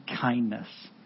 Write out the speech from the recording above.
kindness